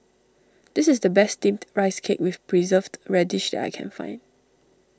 this is the best Steamed Rice Cake with Preserved Radish that I can find